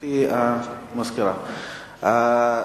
גברתי המזכירה,